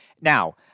Now